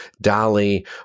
dolly